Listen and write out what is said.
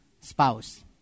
spouse